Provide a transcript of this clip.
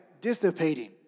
dissipating